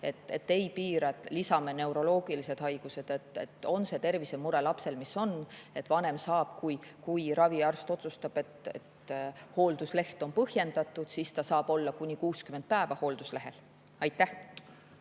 Ei piira, ja lisame neuroloogilised haigused. On see tervisemure lapsel, mis on, vanem saab, kui raviarst otsustab, et hooldusleht on põhjendatud, olla kuni 60 päeva hoolduslehel. Aitäh